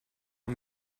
man